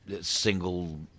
single